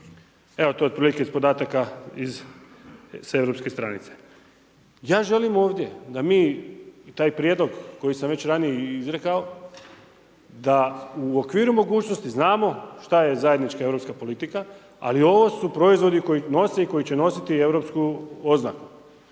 Evo to je otprilike od podataka iz, s europske stranice. Ja želim ovdje da mi taj prijedlog koji sam već ranije izrekao da u okviru mogućnosti znamo šta je zajednička europska politika ali ovo su proizvodi koji nose i koji će nositi europsku oznaku.